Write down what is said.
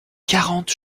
quarante